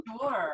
Sure